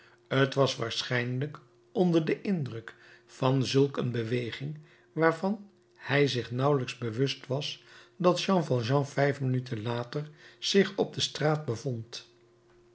t was waarschijnlijk onder den indruk van zulk een beweging waarvan hij zich nauwelijks bewust was dat jean valjean vijf minuten later zich op de straat bevond